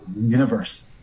universe